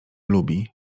lubi